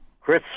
Chris